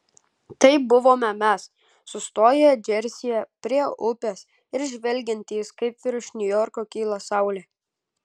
tai buvome mes sustoję džersyje prie upės ir žvelgiantys kaip virš niujorko kyla saulė